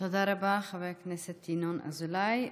תודה רבה, חבר הכנסת ינון אזולאי.